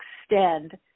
extend